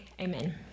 Amen